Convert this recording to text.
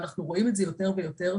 ואנחנו רואים את זה יותר ויותר,